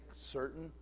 certain